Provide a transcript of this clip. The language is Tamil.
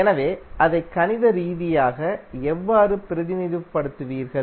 எனவே அதை கணித ரீதியாக எவ்வாறு பிரதிநிதித்துவப்படுத்துவீர்கள்